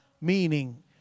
meaning